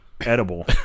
edible